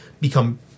become